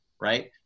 Right